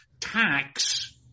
tax